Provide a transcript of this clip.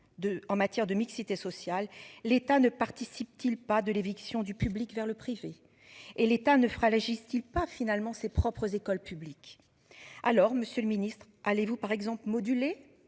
en matière de mixité sociale, l'État ne participe-t-il pas de l'éviction du public vers le privé et l'État ne fera la-t-il pas finalement ses propres écoles publiques. Alors Monsieur le Ministre, allez-vous par exemple moduler